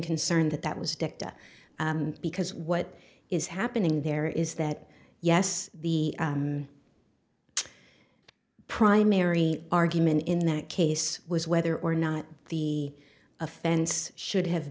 concerned that that was dicta because what is happening there is that yes the primary argument in that case was whether or not the offense should ha